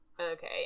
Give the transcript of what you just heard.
okay